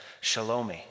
shalom